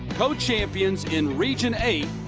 co-champions in region eight.